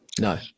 No